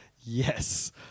yes